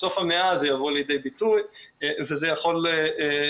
בסוף המאה זה יבוא לידי ביטוי וזה יכול לתת